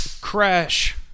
crash